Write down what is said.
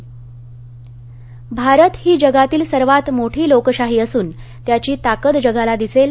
पत्रकार परिषद भारत ही जगातील सर्वात मोठी लोकशाही असून त्याची ताकद जगाला दिसेल